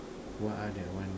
what ah that one name